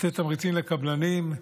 לתת תמריצים לקבלנים.